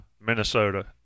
Minnesota